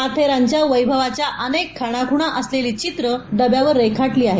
माथेरानच्या वैभवाच्या अनेक खाणाखुणा असलेली चित्रं डब्यांवर रेखाटली आहेत